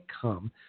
come